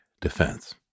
defense